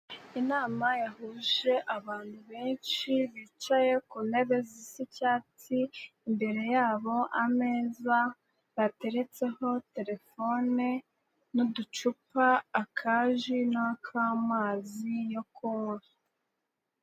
Inama yahuje abantu benshi bicaye ku ntebe z'icyatsi, imbere yabo ameza bateretseho terefone n'uducupa akaj n'aka'amazi yo kunywa.